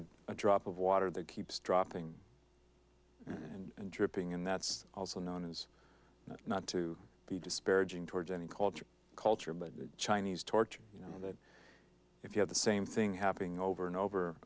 a drop of water that keeps dropping and dripping and that's also known as not to be disparaging towards any culture culture but chinese torture you know that if you have the same thing happening over and